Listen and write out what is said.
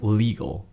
legal